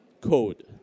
code